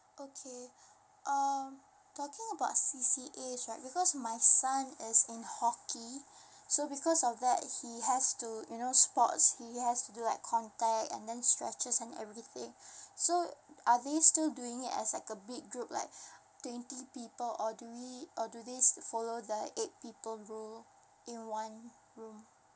okay err talking about C C As right because my son is in hockey so because of that he has to you know sports he has to like contact and then stretches and everything so are they still doing it as like a big group like twenty people or do we or do they s~ follow the eight people rule in one room